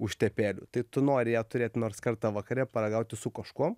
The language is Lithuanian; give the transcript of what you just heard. užtepėlių tai tu nori ją turėt nors kartą vakare paragauti su kažkuom